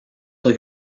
like